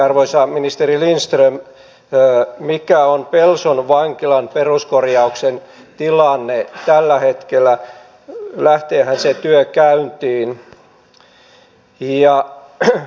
arvoisa ministeri lindström mikä on pelson vankilan peruskorjauksen tilanne tällä hetkellä lähteehän se työ käyntiin